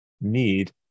need